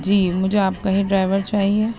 جی مجھے آپ کا ہی ڈرائیور چاہیے